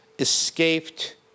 escaped